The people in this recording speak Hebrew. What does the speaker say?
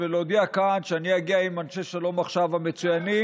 וחבר הכנסת קרעי,